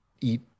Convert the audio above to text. eat